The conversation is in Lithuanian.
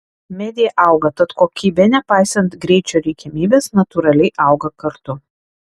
media auga tad kokybė nepaisant greičio reikiamybės natūraliai auga kartu